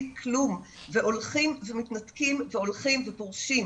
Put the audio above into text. כלום והולכים ומתנתקים והולכים ופורשים'.